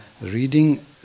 reading